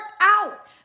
out